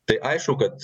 tai aišku kad